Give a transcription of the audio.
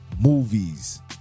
Movies